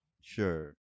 Sure